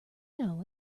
know